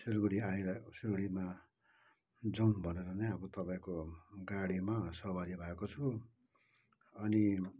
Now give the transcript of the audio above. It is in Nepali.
सिलगढी आइरहेको सिलगढीमा जाउँ भनेर नै तपाईँको गाडीमा सवारी भएको छु अनि